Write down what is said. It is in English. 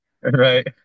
Right